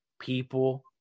People